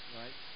right